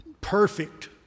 perfect